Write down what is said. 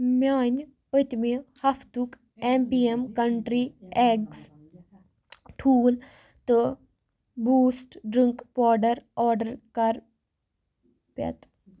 میٛانہِ پٔتۍمہِ ہفتُک M P M country eggs ٹھوٗل تہٕ بوٗسٹ ڈرٛنٛک پوڈَر آرڈر کر پٮ۪ت